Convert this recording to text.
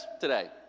today